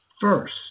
first